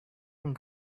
and